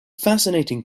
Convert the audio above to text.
fascinating